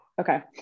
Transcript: Okay